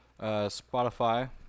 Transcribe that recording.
Spotify